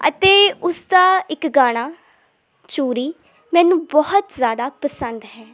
ਅਤੇ ਉਸ ਦਾ ਇੱਕ ਗਾਣਾ ਚੂੜੀ ਮੈਨੂੰ ਬਹੁਤ ਜਿਆਦਾ ਪਸੰਦ ਹੈ